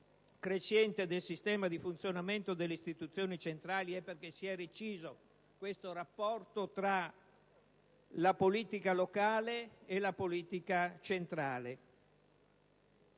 crescente del sistema di funzionamento delle istituzioni centrali è che si è reciso questo rapporto tra la politica locale e la politica centrale.